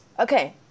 Okay